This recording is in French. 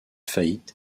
faillite